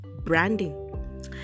branding